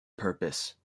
purpose